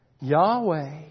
Yahweh